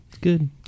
Good